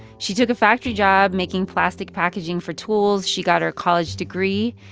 she took a factory job making plastic packaging for tools. she got her college degree.